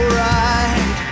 right